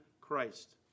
Christ